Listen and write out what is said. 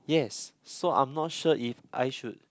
yes so I'm not sure if I should